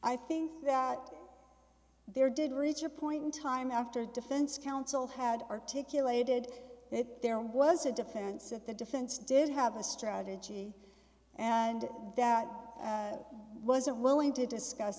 i think that there did reach a point in time after defense counsel had articulated it there was a defense if the defense did have a strategy and that wasn't willing to discuss